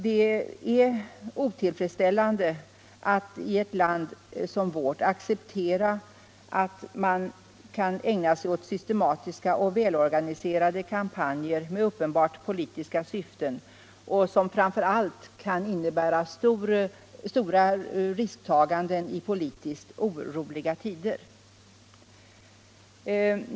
Det är otillfredsställande att i ett land som vårt acceptera att någon grupp kan ägna sig åt systematiska och välorganiserade kampanjer med uppenbart politiska syften — och som framför allt kan innebära stora risktaganden i politiskt oroliga tider.